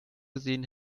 gesehen